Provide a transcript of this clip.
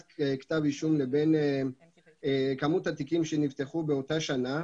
כתב האישום לבין כמות התיקים שנפתחה באותה שנה.